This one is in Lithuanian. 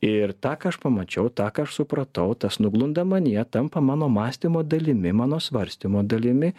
ir tą ką aš pamačiau tą ką aš supratau tas nuglunda manyje tampa mano mąstymo dalimi mano svarstymo dalimi